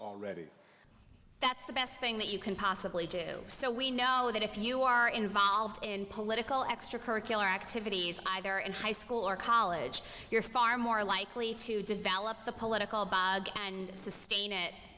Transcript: best thing that you can possibly do so we know that if you are involved in political extracurricular activities either in high school or college you're far more likely to develop the political and sustain it